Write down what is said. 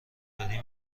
داری